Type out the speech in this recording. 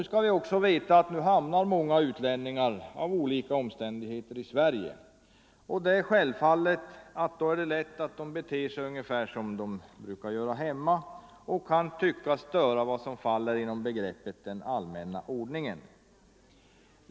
Som vi vet hamnar numera många utlänningar av olika omständigheter i Sverige, och det är självfallet att de beter sig som hemma och kan tyckas störa vad som faller inom begreppet allmän ordning.